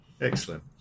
Excellent